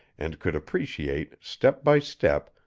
and could appreciate, step by step,